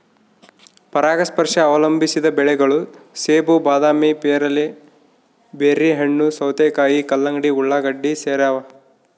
ಪರಾಗಸ್ಪರ್ಶ ಅವಲಂಬಿಸಿದ ಬೆಳೆಗಳು ಸೇಬು ಬಾದಾಮಿ ಪೇರಲೆ ಬೆರ್ರಿಹಣ್ಣು ಸೌತೆಕಾಯಿ ಕಲ್ಲಂಗಡಿ ಉಳ್ಳಾಗಡ್ಡಿ ಸೇರವ